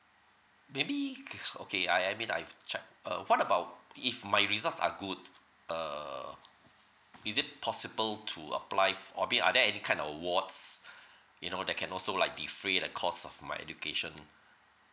maybe okay I I mean I've checked uh what about if my results are good uh is it possible to apply f~ or been are there any kind of awards you know that can also like defray the cost of my education